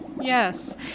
yes